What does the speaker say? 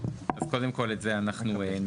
אז קודם כל את זה אנחנו נבהיר.